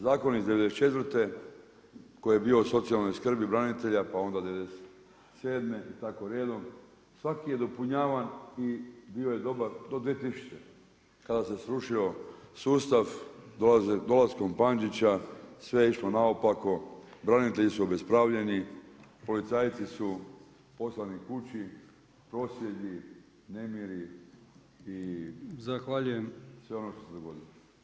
Zakon iz '94. koji je bio o socijalnoj skrbi branitelja, pa onda '97. i tako redom, svaki je dopunjavan i bio je dobar do 2000. kada se srušio sustav, dolaskom Pandžića sve je išlo naopako, branitelji su obespravljeni, policajci su poslani kući, prosvjedi, nemiri i sve ono što se dogodilo.